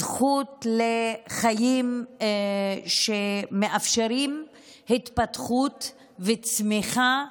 זכות לחיים שמאפשרים התפתחות וצמיחה